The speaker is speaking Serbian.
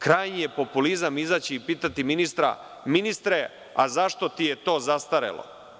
Krajnji je populizam izaći i pitati ministra – ministre, a zašto ti je to zastarelo?